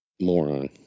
moron